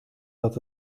dat